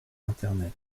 internet